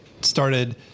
started